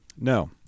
No